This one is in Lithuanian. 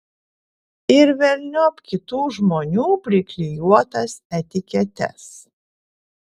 ir velniop kitų žmonių priklijuotas etiketes